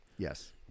Yes